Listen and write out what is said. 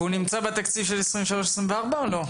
והוא נמצא בתקציב של 2024-2023 או לא?